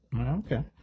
Okay